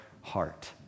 heart